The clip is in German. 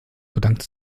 bedankte